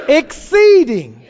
exceeding